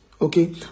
Okay